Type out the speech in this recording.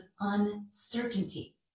uncertainty